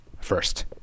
first